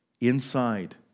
inside